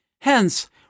Hence